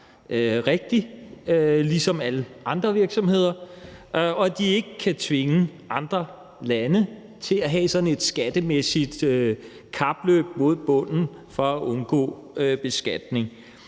en skat, som er rigtig, og at de ikke kan tvinge andre lande til at have sådan et skattemæssigt kapløb mod bunden for at undgå beskatning.